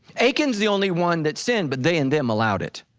achan's the only one that sin, but they and them allowed it.